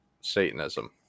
Satanism